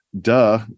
duh